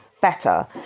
better